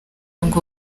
ngo